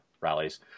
rallies